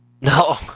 No